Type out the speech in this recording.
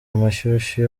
amashyushyu